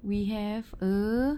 we have a